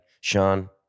Sean